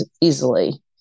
easily